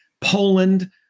Poland